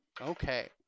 Okay